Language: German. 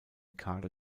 kader